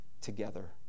together